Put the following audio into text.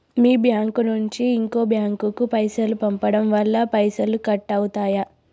మీ bank నుంచి ఇంకో bank కు పైసలు పంపడం వల్ల పైసలు కట్ అవుతయా?